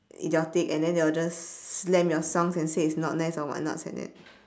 idiotic and then they will just slam your songs and say it's not nice and whats not